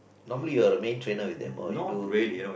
normally you're a main trainer with them or you do